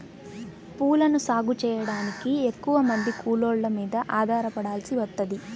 పూలను సాగు చెయ్యడానికి ఎక్కువమంది కూలోళ్ళ మీద ఆధారపడాల్సి వత్తది